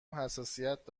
حساسیت